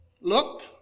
look